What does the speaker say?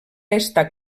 estar